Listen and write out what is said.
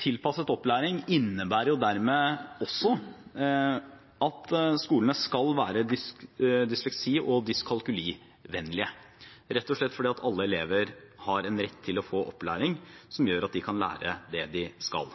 Tilpasset opplæring innebærer dermed også at skolene skal være dysleksi- og dyskalkulivennlige, rett og slett fordi alle elever har en rett til å få opplæring som gjør at de kan lære det de skal.